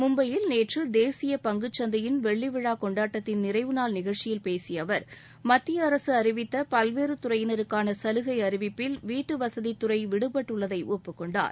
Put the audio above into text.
மும்பையில் நேற்று தேசிய பங்குச் சந்தையின் வெள்ளிவிழா கொண்டாட்டத்தின் நிறைவுநாள் நிகழ்ச்சியில் பேசிய அவர் மத்திய அரசு அறிவித்த பல்வேறு துறையினருக்கான கலுகை அறிவிப்பில் வீட்டுவசதித் துறை விடுபட்டுள்ளதை ஒப்புக் கொண்டார்